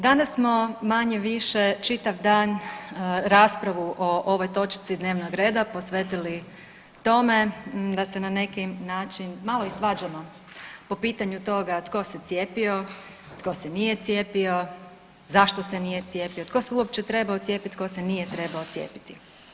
Danas smo manje-više čitav dan raspravu o ovoj točci dnevnog reda posvetili tome da se na neki način malo i svađamo po pitanju toga tko se cijepio, tko se nije cijepio, zašto se nije cijepio, tko se uopće trebao cijepit, tko se nije trebao cijepiti.